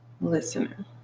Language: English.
listener